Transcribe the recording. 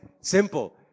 Simple